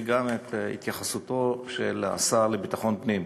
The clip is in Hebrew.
גם את התייחסותו של השר לביטחון פנים,